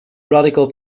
radical